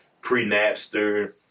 pre-Napster